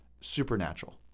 supernatural